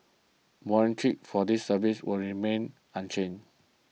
morning trips for these services will remain unchanged